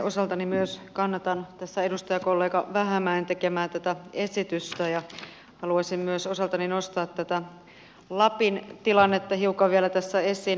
osaltani myös kannatan tässä edustajakollega vähämäen tekemää esitystä ja haluaisin myös osaltani nostaa tätä lapin tilannetta hiukan vielä tässä esiin